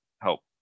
help